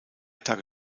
tage